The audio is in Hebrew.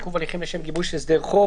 עיכוב הליכים לשם גיבוש הסדר חוב,